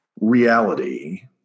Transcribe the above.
reality